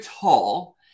tall